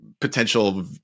potential